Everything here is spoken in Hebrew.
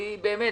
באמת,